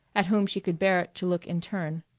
at whom she could bear to look in turn.